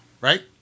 right